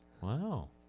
Wow